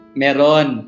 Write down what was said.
meron